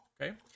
Okay